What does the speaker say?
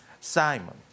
Simon